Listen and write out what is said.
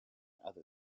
other